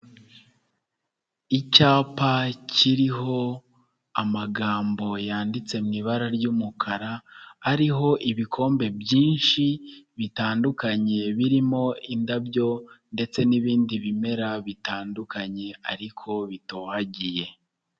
Icyapa kiriho amagambo yanditse mu ibara ry'umukara, ariho ibikombe byinshi bitandukanye birimo indabo ndetse n'ibindi bimera bitandukanye ariko bitohagiye.